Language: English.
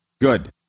Good